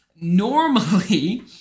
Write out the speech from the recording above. Normally